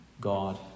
God